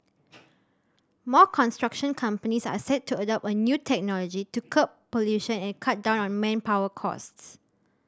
more construction companies are set to adopt a new technology to curb pollution and cut down on manpower costs